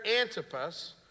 Antipas